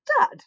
dad